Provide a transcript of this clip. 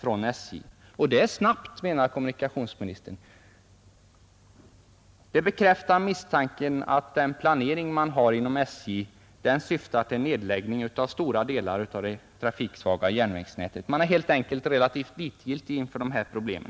Detta är snabbt, menar kommunikationsministern, och det bekräftar misstanken, att planeringen inom SJ syftar till nedläggning av stora delar av det trafiksvaga järnvägsnätet. Man är helt enkelt relativt likgiltig för dessa problem.